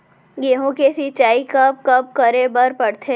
गेहूँ के सिंचाई कब कब करे बर पड़थे?